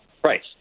price